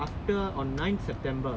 after on nine september